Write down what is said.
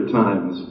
times